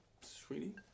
sweetie